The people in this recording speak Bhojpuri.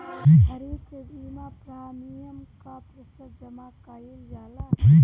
खरीफ के बीमा प्रमिएम क प्रतिशत जमा कयील जाला?